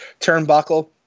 turnbuckle